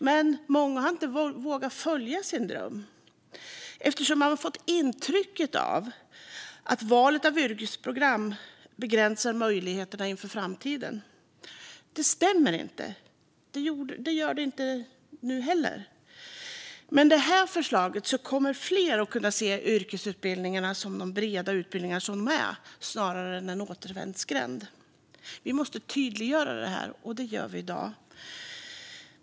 Men många har inte vågat följa sin dröm eftersom man fått intrycket att valet av ett yrkesprogram begränsar möjligheterna inför framtiden. Det stämmer inte. Det har det inte gjort, och det gör det inte nu heller. Med det här förslaget kommer fler att kunna se yrkesutbildningarna som de breda utbildningar de är snarare än som en återvändsgränd. Vi måste tydliggöra det, och det gör vi i dag.